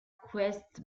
quest